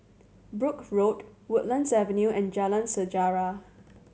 Brooke Road Woodlands Avenue and Jalan Sejarah